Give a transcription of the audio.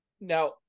Now